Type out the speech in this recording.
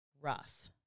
rough